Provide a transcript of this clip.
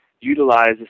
utilize